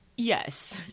Yes